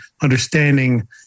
understanding